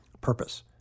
Purpose